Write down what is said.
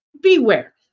beware